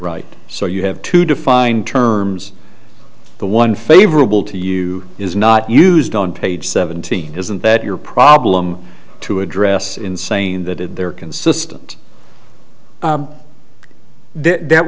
right so you have to define terms the one favorable to you is not used on page seventeen isn't that your problem to address in saying that in their consistent